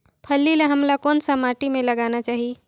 फल्ली ल हमला कौन सा माटी मे लगाना चाही?